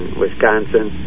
wisconsin